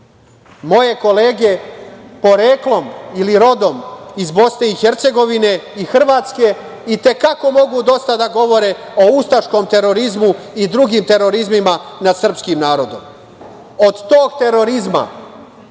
kolege poreklom ili rodom iz BiH i Hrvatske itekako mogu dosta da govore o ustaškom terorizmu i drugim terorizmima nad srpskim narodom. Od tog terorizma